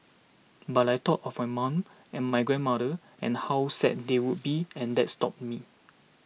but I thought of my mum and my grandmother and how sad they would be and that stopped me